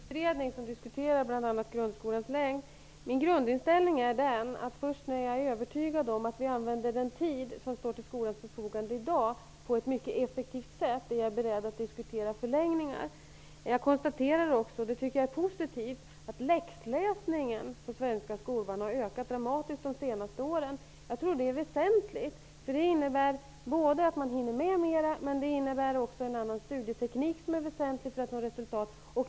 Herr talman! Jag vill erinra om att det finns en utredning som diskuterar bl.a. grundskolans längd. Min grundinställning är att först när jag är övertygad om att vi använder den tid som står till skolans förfogande i dag på ett mycket effektivt sätt är jag beredd att diskutera förlängningar. Jag konstaterar också att läxläsningen för svenska skolbarn har ökat dramatiskt under de senaste åren. Det tycker jag är positivt. Jag tror att det är väsentligt. Det innebär att man hinner med mera. Det innebär också en annan studieteknik som är väsentlig för att nå resultat.